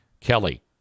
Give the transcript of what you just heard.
Kelly